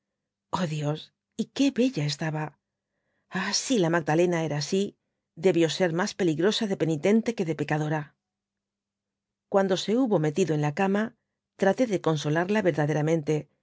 o dios y que beua estaba ah si la magdalena era así debid ser mas peligrosa de penitente que de pecadora cuando se hubo metido en la cama traté de consolarla verdaderamente